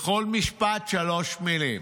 בכל משפט שלוש מילים: